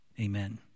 amen